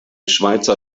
schweizer